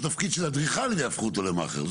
תפקיד של אדריכל ויהפכו אותו למאכער.